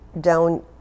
down